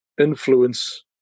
influence